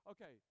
Okay